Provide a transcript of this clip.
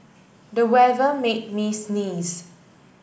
the weather made me sneeze